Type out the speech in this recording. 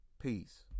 Peace